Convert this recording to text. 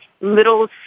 little